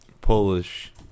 Polish